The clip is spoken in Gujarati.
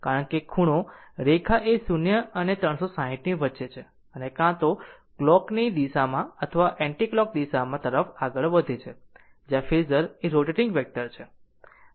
કારણ કે ખૂણોીય રેખા 0 અને 360 o વચ્ચે છે અને તે કાં તો ક્લોકની દિશામાં અથવા એન્ટીકલોક દિશા તરફ આગળ વધે છે જ્યાં ફેઝર એ રોટેટીંગ વેક્ટર છે